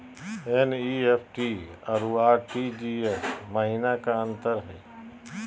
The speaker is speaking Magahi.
एन.ई.एफ.टी अरु आर.टी.जी.एस महिना का अंतर हई?